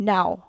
Now